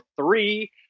three